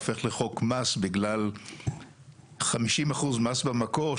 הופך לחוק מס בגלל 50 אחוז מס במקור,